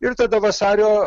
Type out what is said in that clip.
ir tada vasario